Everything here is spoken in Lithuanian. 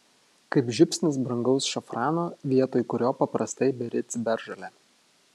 kaip žiupsnis brangaus šafrano vietoj kurio paprastai beri ciberžolę